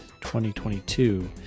2022